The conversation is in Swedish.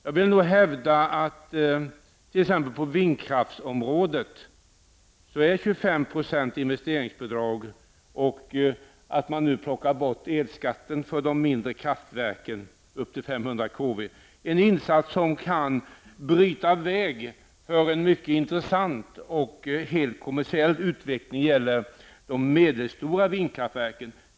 Jag vill nog hävda att t.ex. på vindkraftsområdet är 25 procents investeringsbidrag och avskaffande av elskatten på de mindre kraftverken -- upp till 500 kW -- en insats som kan bryta väg för en mycket intressant och helt kommersiell utveckling för de medelstora vindkraftverken.